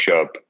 up